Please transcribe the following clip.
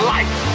Life